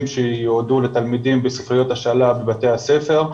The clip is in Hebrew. שייועדו לתלמידים בספריות השאלה בבתי הספר.